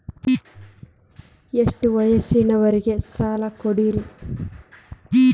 ಎಷ್ಟ ವಯಸ್ಸಿನವರಿಗೆ ಸಾಲ ಕೊಡ್ತಿರಿ?